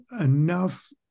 enough